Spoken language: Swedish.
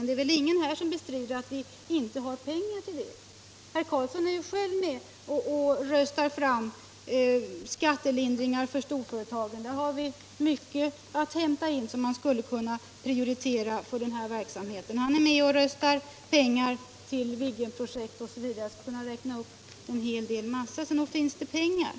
Det är väl ingen här som bestrider att vi har pengar till det. Herr Karlsson är ju själv med och röstar fram skattelindringar för storföretagen. Där har vi mycket att hämta in som man skulle kunna föra över till den här verksamheten. Han är med och röstar fram pengar till Viggenprojekt osv. Jag skulle kunna räkna upp en hel del, så nog finns det pengar.